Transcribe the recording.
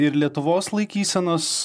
ir lietuvos laikysenos